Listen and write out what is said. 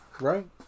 Right